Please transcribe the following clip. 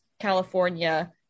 California